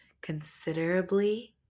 considerably